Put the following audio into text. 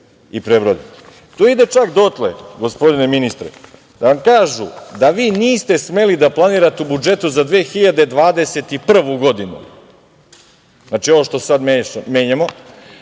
i prebrode. To ide čak dotle, gospodine ministre, da vam kažu da vi niste smeli da planirate u budžetu za 2021. godinu, znači ovo što sada menjamo,